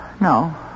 no